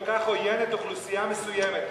כל כך עוינת אוכלוסייה מסוימת.